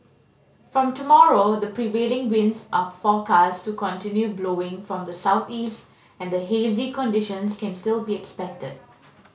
from tomorrow the prevailing winds are forecast to continue blowing from the southeast and hazy conditions can still be expected